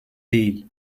değil